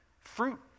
fruit